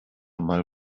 mal